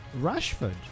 rashford